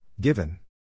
Given